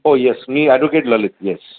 हो येस मी advocate Lalit yes